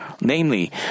Namely